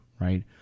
right